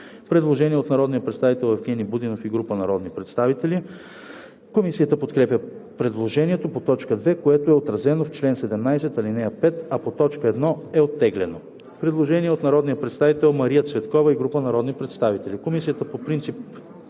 Предложение от народния представител Евгени Будинов и група народни представители. Комисията подкрепя предложението по т. 2, което е отразено в чл. 17, ал. 5, а по т. 1 е оттеглено. Предложение от народния представител Мария Цветкова и група народни представители. Комисията подкрепя